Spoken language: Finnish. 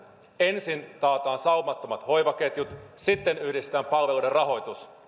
ensin taataan saumattomat hoivaketjut sitten yhdistetään palveluiden rahoitus